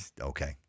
Okay